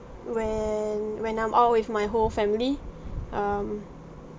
when when I'm out with my whole family um